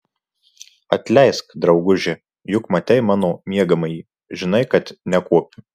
atleisk drauguže juk matei mano miegamąjį žinai kad nekuopiu